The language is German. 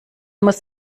muss